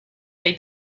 they